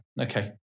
okay